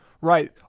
Right